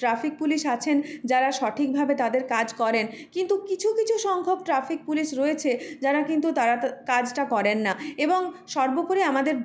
traffic police আছেন যারা সঠিকভাবে তাদের কাজ করেন কিন্তু কিছু কিছু সংখ্যক ট্রাফিক পুলিশ রয়েছে যারা কিন্তু তারা কাজটা করেন না এবং সর্বোপরি আমাদের